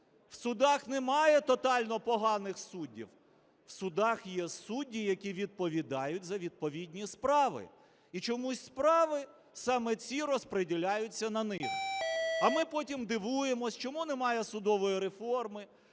В судах немає тотально поганих суддів. В судах є судді, які відповідають за відповідні справи. І чомусь справи саме ці розподіляються на них. А ми потім дивуємось, чому нема судової реформи?